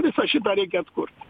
visą šitą reikia atkurti